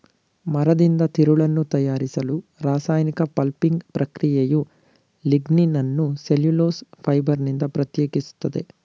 ಮರದಿಂದ ತಿರುಳನ್ನು ತಯಾರಿಸಲು ರಾಸಾಯನಿಕ ಪಲ್ಪಿಂಗ್ ಪ್ರಕ್ರಿಯೆಯು ಲಿಗ್ನಿನನ್ನು ಸೆಲ್ಯುಲೋಸ್ ಫೈಬರ್ನಿಂದ ಪ್ರತ್ಯೇಕಿಸ್ತದೆ